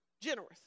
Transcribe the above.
generous